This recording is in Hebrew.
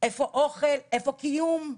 איפה אוכל, איפה קיום?